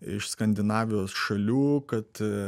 iš skandinavijos šalių kad